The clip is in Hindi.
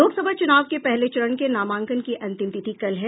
लोकसभा चुनाव के पहले चरण के नामांकन की अंतिम तिथि कल है